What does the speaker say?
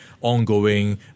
ongoing